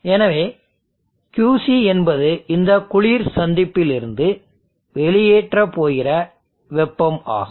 எனவேQC என்பது இந்த குளிர் சந்திப்பிலிருந்து வெளியேற்றப் போகிற வெப்பம் ஆகும்